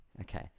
okay